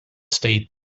stayed